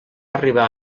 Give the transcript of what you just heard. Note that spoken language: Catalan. arribar